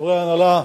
חברי ההנהלה,